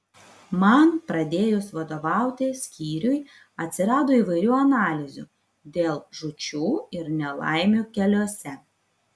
man pradėjus vadovauti skyriui atsirado įvairių analizių dėl žūčių ir nelaimių keliuose